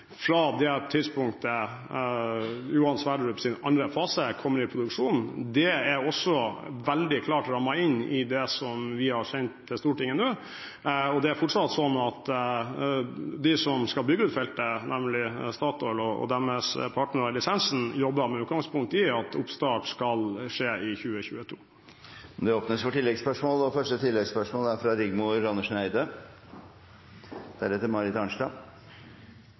fra det tidspunktet Johan Sverdrups andre fase kommer i produksjon. Det er også veldig klart rammet inn i det som vi har sendt til Stortinget nå, og det er fortsatt sånn at de som skal bygge ut feltet, nemlig Statoil og deres lisenspartnere, jobber med utgangspunkt i at oppstart skal skje i 2022. Det åpnes for oppfølgingsspørsmål – først Rigmor Andersen Eide. Jeg er